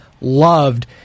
loved